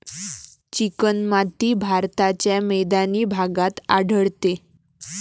चिकणमाती भारताच्या मैदानी भागात आढळते